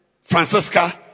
Francesca